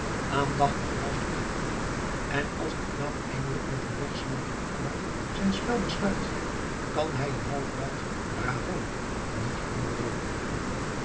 aandachtig luistert hij toe en als de knaap eindelijk met een wegsmeltend akkoord zijn spel besluit kan hij een halfluid bravo niet onderdrukken